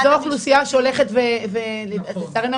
אוכלוסייה שהולכת ומתמעטת,